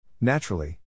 Naturally